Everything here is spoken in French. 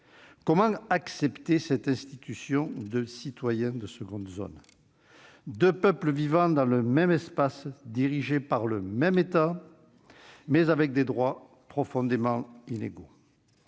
Comment accepter l'institution de citoyens de seconde zone, de deux peuples vivant dans le même espace, dirigés par le même État, mais avec des droits profondément inégaux